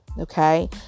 Okay